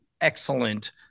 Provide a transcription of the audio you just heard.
excellent